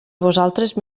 vosaltres